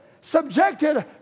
subjected